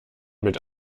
mit